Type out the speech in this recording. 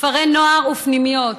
כפרי נוער ופנימיות,